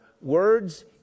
words